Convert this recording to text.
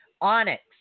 Onyx